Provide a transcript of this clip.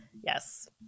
yes